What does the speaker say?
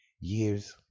Years